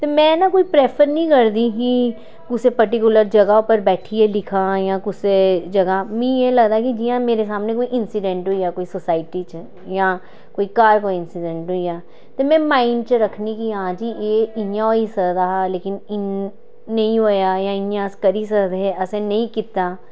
ते में ना कोई प्रेफर निं करदी ही कुसै पर्टिकुलर जगह् पर बैठियै लिखां जा कुसै जगह् मिगी एह् लगदा कि जि'यां मेरे सामनै कोई इंसीडेंट होई जा कोई सोसाइटी च जां कोई घर कोई इंसीडेंट होई जा ते में माइंड च रखनी कि आं जी एह् इ'यां होई सकदा हा लेकिन नेईं होया जां इ'यां अस करी सकदे हे असें नेईं कीता